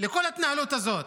לכל ההתנהלות הזאת.